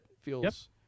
feels